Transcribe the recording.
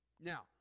Now